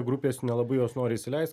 grupės nelabai juos nori įsileist